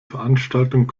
veranstaltung